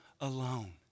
alone